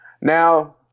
Now